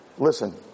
Listen